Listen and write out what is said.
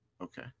Okay